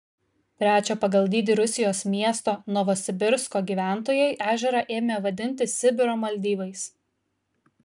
trečio pagal dydį rusijos miesto novosibirsko gyventojai ežerą ėmė vadinti sibiro maldyvais